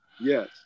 Yes